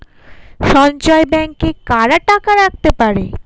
সঞ্চয় ব্যাংকে কারা টাকা রাখতে পারে?